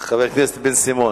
חבר הכנסת בן-סימון?